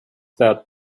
about